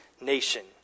nation